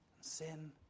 sin